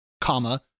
comma